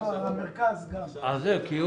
אבל התשובה חוזרת אליו